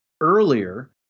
earlier